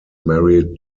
married